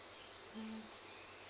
mm